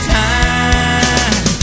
time